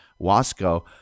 Wasco